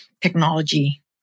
technology